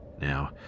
Now